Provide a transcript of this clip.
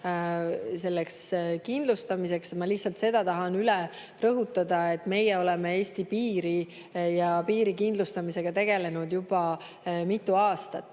selleks kindlustamiseks. Ma lihtsalt seda tahan üle rõhutada, et meie oleme Eesti piiri kindlustamisega tegelenud juba mitu aastat.